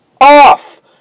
off